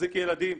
מחזיק ילדים,